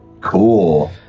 Cool